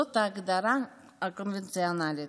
זאת ההגדרה הקונבנציונלית.